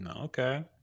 Okay